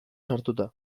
sartuta